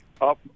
up